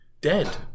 dead